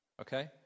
Okay